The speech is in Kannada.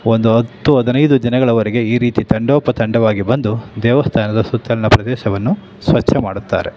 ಒಂದು ಹತ್ತು ಹದಿನೈದು ದಿನಗಳವರೆಗೆ ಈ ರೀತಿ ತಂಡೋಪತಂಡವಾಗಿ ಬಂದು ದೇವಸ್ಥಾನದ ಸುತ್ತಲಿನ ಪ್ರದೇಶವನ್ನು ಸ್ವಚ್ಛ ಮಾಡುತ್ತಾರೆ